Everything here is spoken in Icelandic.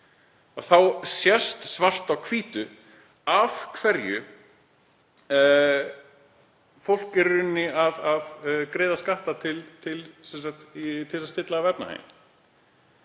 Þá sést svart á hvítu af hverju fólk er í rauninni að greiða skatta til að stilla af efnahaginn.